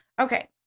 Okay